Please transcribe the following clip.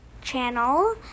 channel